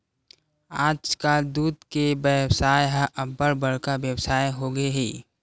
आजकाल दूद के बेवसाय ह अब्बड़ बड़का बेवसाय होगे हे